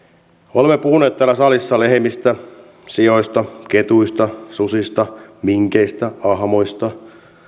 olemme puhuneet täällä salissa lehmistä sioista ketuista susista minkeistä ahmoista